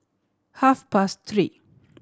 half past three